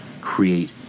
create